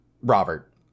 Robert